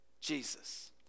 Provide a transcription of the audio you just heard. Jesus